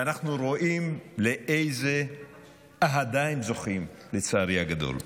אנחנו רואים לאיזו אהדה הם זוכים, לצערי הגדול.